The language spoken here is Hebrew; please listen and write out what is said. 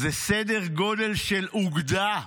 זה סדר גודל של אוגדה.